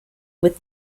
with